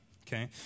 Okay